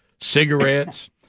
cigarettes